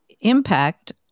impact